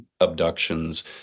abductions